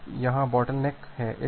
तो यहाँ बोटलनेक है